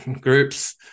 groups